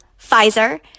Pfizer